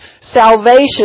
salvation